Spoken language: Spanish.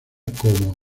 como